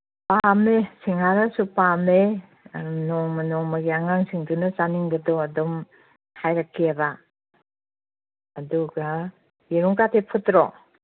ꯄꯥꯝꯃꯦ ꯁꯤꯡꯍꯥꯔꯁꯨ ꯄꯥꯝꯃꯦ ꯅꯣꯡꯃ ꯅꯣꯡꯃꯒꯤ ꯑꯉꯥꯡꯁꯤꯡꯗꯨꯅ ꯆꯥꯅꯤꯡꯕꯗꯣ ꯑꯗꯨꯝ ꯍꯥꯏꯔꯛꯀꯦꯕ ꯑꯗꯨꯒ ꯌꯦꯔꯨꯝꯀꯥꯗꯤ ꯐꯨꯠꯇꯔꯣ